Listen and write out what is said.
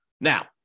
Now